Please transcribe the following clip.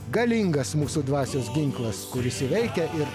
galingas mūsų dvasios ginklas kuris įveikia ir